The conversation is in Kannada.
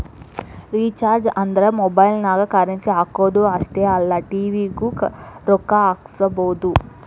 ರಿಚಾರ್ಜ್ಸ್ ಅಂದ್ರ ಮೊಬೈಲ್ಗಿ ಕರೆನ್ಸಿ ಹಾಕುದ್ ಅಷ್ಟೇ ಅಲ್ಲ ಟಿ.ವಿ ಗೂ ರೊಕ್ಕಾ ಹಾಕಸಬೋದು